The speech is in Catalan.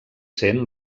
sent